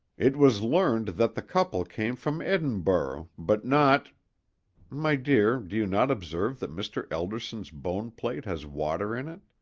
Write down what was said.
it was learned that the couple came from edinburgh, but not my dear, do you not observe that mr. elderson's boneplate has water in it?